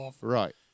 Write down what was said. Right